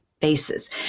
faces